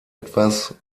etwas